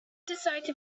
decided